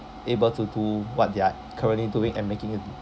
able to do what they're currently doing and making a~